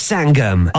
Sangam